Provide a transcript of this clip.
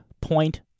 point